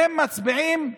הם מצביעים בעד.